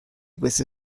queste